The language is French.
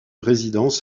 résidences